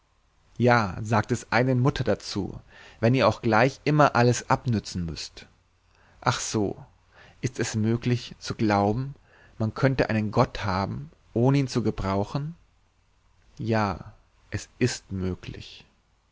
ja sagt des einen mutter dazu wenn ihr auch gleich immer alles abnutzen müßt ach so ist es möglich zu glauben man könne einen gott haben ohne ihn zu gebrauchen ja es ist möglich